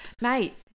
mate